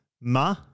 Ma